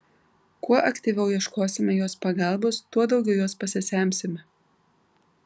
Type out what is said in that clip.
kuo aktyviau ieškosime jos pagalbos tuo daugiau jos pasisemsime